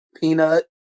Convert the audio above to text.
Peanut